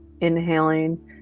Inhaling